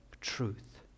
truth